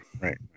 Right